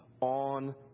on